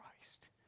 Christ